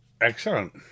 excellent